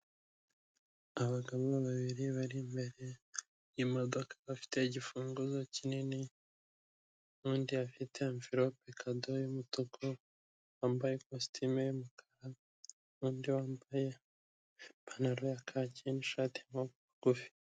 Abagabo babiri bari imbere y'imodoka bafite igifunguzo kinini n'undi afite anverope kado y'umutuku, wambaye ikositimu y'umukara n'undi wambaye ipantaro ya kaki n'ishati y'amaboko magufi.